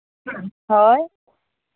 ᱦᱮᱸ ᱦᱳᱭ